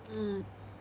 mm